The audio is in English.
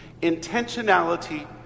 Intentionality